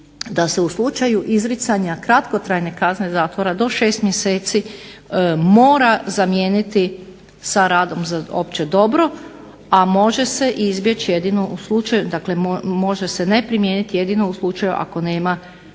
da se u slučaju izricanja kratkotrajne kazne zatvora do 6 mjeseci mora zamijeniti sa radom za opće dobro, a može se izbjeći jedino u slučaju, dakle